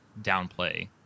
downplay